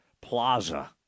Plaza